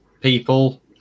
people